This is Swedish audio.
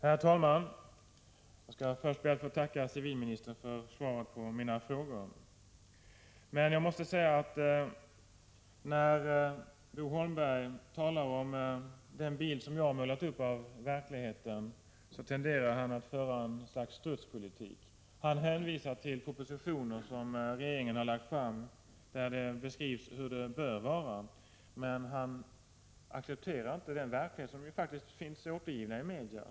Herr talman! Jag ber först att få tacka civilministern för svaret på mina frågor. Men jag måste säga, att när Bo Holmberg talar om den bild som jag har målat upp av verkligheten, tenderar han att föra ett slags strutspolitik. Han hänvisar till propositionen som regeringen har lagt fram, där det beskrivs hur det bör vara, men han accepterar inte den verklighet som faktiskt finns återgiven i media.